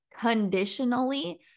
conditionally